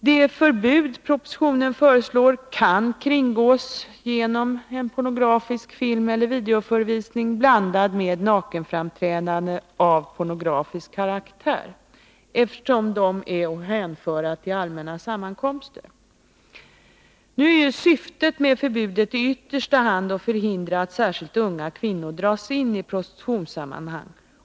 Det förbud propositionen föreslår kan kringgås genom exempelvis en pornografisk filmeller videoförevisning blandad med nakenframträdande av pornografisk karaktär, eftersom sådana är att hänföra till allmänna sammankomster. Syftet med förbudet är ju ytterst att förhindra att särskilt unga kvinnor dras in i prostitutionssammanhang.